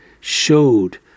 showed